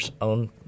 own